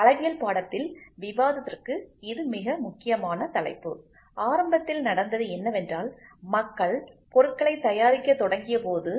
அளவியல் பாடத்தில் விவாதத்திற்கு இது மிக முக்கியமான தலைப்பு ஆரம்பத்தில் நடந்தது என்னவென்றால் மக்கள் பொருட்களை தயாரிக்கத் தொடங்கியபோது